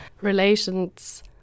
relations